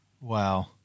Wow